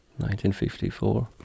1954